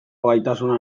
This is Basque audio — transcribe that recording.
gaitasuna